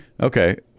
Okay